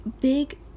big